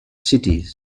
cities